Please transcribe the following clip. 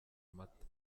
amata